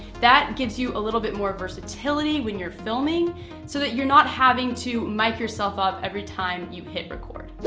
that gives you a little bit more versatility when you're filming so that you're not having to mic yourself up every time you hit record.